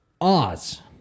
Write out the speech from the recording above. Oz